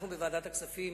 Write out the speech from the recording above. אנחנו בוועדת הכספים